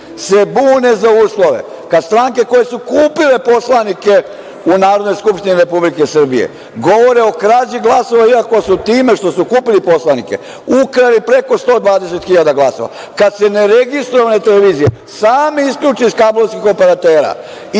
bude za uslove, kada stranke koje su kupile poslanike u Narodnoj skupštini Republike Srbije, govore o krađi glasova, iako su time što su kupili poslanike ukrali preko 120 hiljada glasova, kada se neregistrovane televizije same isključe iz kablovskih operatera